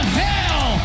hell